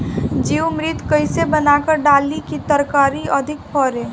जीवमृत कईसे बनाकर डाली की तरकरी अधिक फरे?